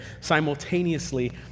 Simultaneously